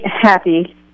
happy